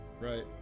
Right